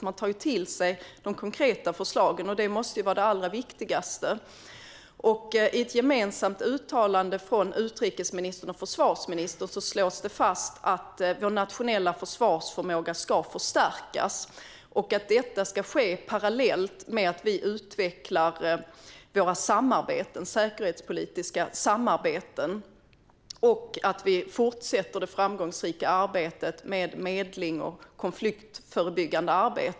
Man tar till sig de konkreta förslagen, och det måste ju vara det allra viktigaste. I ett gemensamt uttalande från utrikesministern och försvarsministern slås fast att Sveriges nationella försvarsförmåga ska förstärkas och att det ska ske parallellt med att vi utvecklar våra säkerhetspolitiska samarbeten och fortsätter det framgångsrika arbetet med medling och konfliktförebyggande.